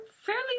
fairly